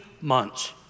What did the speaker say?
months